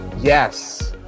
Yes